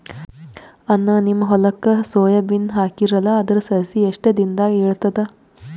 ಅಣ್ಣಾ, ನಿಮ್ಮ ಹೊಲಕ್ಕ ಸೋಯ ಬೀನ ಹಾಕೀರಲಾ, ಅದರ ಸಸಿ ಎಷ್ಟ ದಿಂದಾಗ ಏಳತದ?